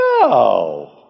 No